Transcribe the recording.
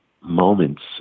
moments